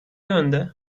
yönde